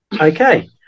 Okay